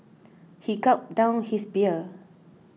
he gulped down his beer